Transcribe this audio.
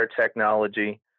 technology